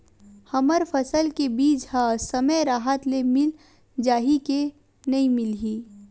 हमर फसल के बीज ह समय राहत ले मिल जाही के नी मिलही?